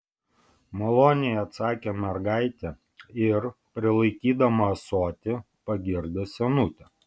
maloniai atsakė mergaitė ir prilaikydama ąsotį pagirdė senutę